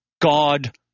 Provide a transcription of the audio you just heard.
God